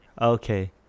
okay